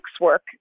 work